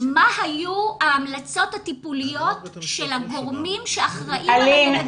מה היו ההמלצות הטיפוליות של הגורמים שאחראים על הילדים האלה.